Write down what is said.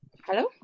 Hello